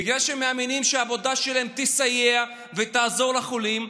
בגלל שהם מאמינים שהעבודה שלהם תסייע ותעזור לחולים,